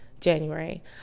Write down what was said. January